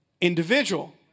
individual